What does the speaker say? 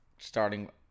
starting